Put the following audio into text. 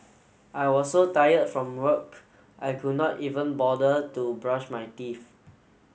I was so tired from work I could not even bother to brush my teeth